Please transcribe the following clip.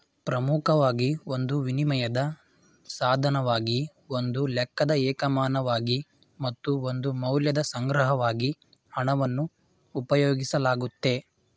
ಪ್ರಮುಖವಾಗಿ ಒಂದು ವಿನಿಮಯದ ಸಾಧನವಾಗಿ ಒಂದು ಲೆಕ್ಕದ ಏಕಮಾನವಾಗಿ ಮತ್ತು ಒಂದು ಮೌಲ್ಯದ ಸಂಗ್ರಹವಾಗಿ ಹಣವನ್ನು ಉಪಯೋಗಿಸಲಾಗುತ್ತೆ